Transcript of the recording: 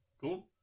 cool